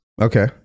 Okay